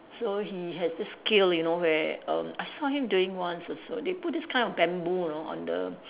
so he has this skill you know where erm I saw him doing once also they put this kind of bamboo you know on the